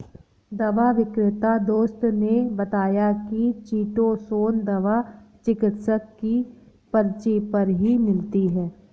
दवा विक्रेता दोस्त ने बताया की चीटोसोंन दवा चिकित्सक की पर्ची पर ही मिलती है